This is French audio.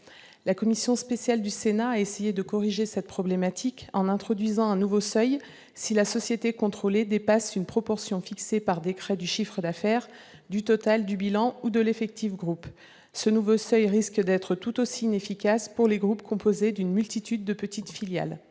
La commission spéciale du Sénat a essayé de corriger cette problématique, en introduisant un nouveau seuil : si la société contrôlée dépasse une proportion, fixée par décret, du chiffre d'affaires, du total du bilan ou de l'effectif du groupe. Ce nouveau seuil risque d'être tout aussi inefficace pour les groupes composés d'une multitude de petites filiales.